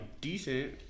decent